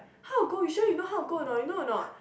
how to go you sure you know how to go you know or not